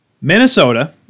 Minnesota